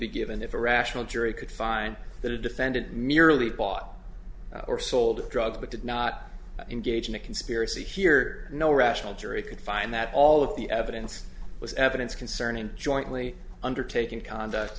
be given the irrational jury could find the defendant merely bought or sold drugs but did not engage in a conspiracy here no rational jury could find that all of the evidence was evidence concerning jointly undertaken conduct